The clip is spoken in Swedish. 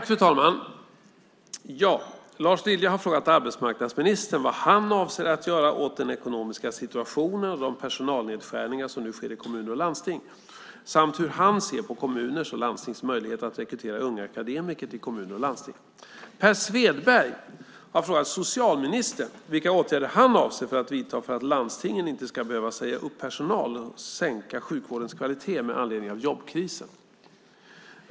Fru talman! Lars Lilja har frågat arbetsmarknadsministern vad han avser att göra åt den ekonomiska situationen och de personalnedskärningar som nu sker i kommuner och landsting, samt hur han ser på kommuners och landstings möjligheter att rekrytera unga akademiker till kommuner och landsting. Per Svedberg har frågat socialministern vilka åtgärder han avser att vidta för att landstingen inte ska behöva säga upp personal och sänka sjukvårdens kvalitet med anledning av jobbkrisen.